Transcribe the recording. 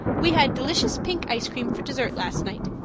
we had delicious pink ice-cream for dessert last night.